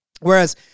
whereas